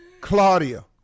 Claudia